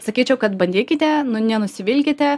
sakyčiau kad bandykite nu nenusivilkite